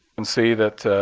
and see that